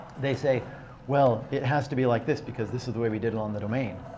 they say well, it has to be like this because this is the way we did it on the domain.